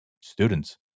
students